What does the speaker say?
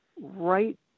right